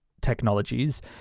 technologies